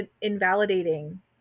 invalidating